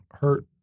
hurt